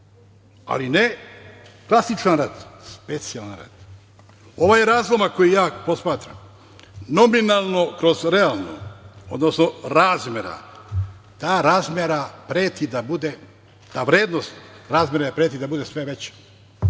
ali ne klasičan rat, specijalan rat. Ovaj razlomak koji ja posmatram, nominalno kroz realno, odnosno razmera, ta vrednost razmere preti da bude sve veća,